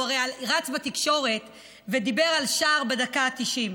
הוא הרי רץ בתקשורת ודיבר על שער בדקה ה-90.